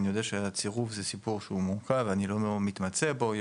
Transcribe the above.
אני יודע שהצירוף זה סיפור שהוא מורכב ואני לא מתמצא בו.